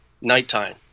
nighttime